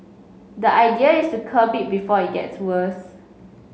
the idea is to curb before it gets worse